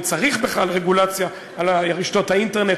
אם צריך בכלל רגולציה על רשתות האינטרנט,